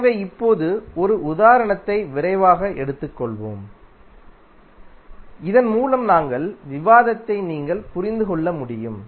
எனவே இப்போது ஒரு உதாரணத்தை விரைவாக எடுத்துக்கொள்வோம் இதன்மூலம் நாங்கள் விவாதித்ததை நீங்கள் புரிந்து கொள்ள முடியும்